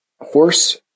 horse